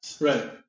Right